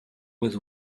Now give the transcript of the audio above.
was